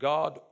God